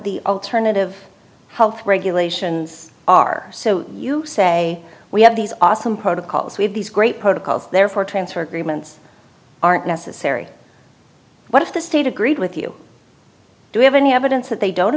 the alternative health regulations are so you say we have these awesome protocols we have these great protocols therefore transfer agreements aren't necessary what if the state agreed with you do you have any evidence that they don't